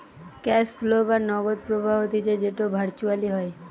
cash flow বা নগদ প্রবাহ হতিছে যেটো ভার্চুয়ালি হয়